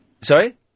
Sorry